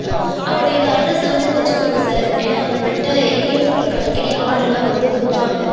அப்புறம் இந்த அட்ரஸை வந்து வச்சுக்கோங்க சார் ஏன்னால் வந்துட்டு இங்கே இருந்து உங்களுக்கு அடிக்கடி ஆடரெலாம் வந்து கொடுப்பாங்க